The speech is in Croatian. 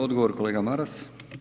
Odgovor kolega Maras.